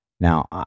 Now